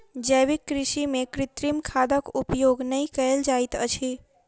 जैविक कृषि में कृत्रिम खादक उपयोग नै कयल जाइत अछि